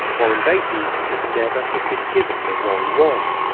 warren beatty could never have been given the wrong one